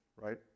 right